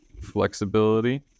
flexibility